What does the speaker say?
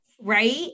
right